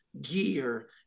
gear